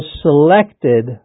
selected